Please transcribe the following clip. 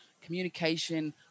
communication